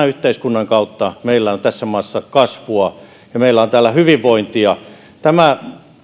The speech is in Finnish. yhteiskunnan kautta meillä on tässä maassa kasvua ja meillä on täällä hyvinvointia tämä